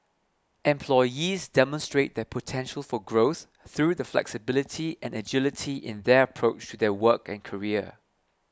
employees demonstrate their potential for growth through the flexibility and agility in their approach to their work and career